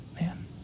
Man